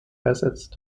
ersetzt